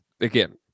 again